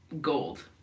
gold